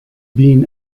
been